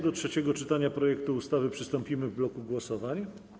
Do trzeciego czytania projektu ustawy przystąpimy w bloku głosowań.